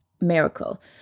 miracle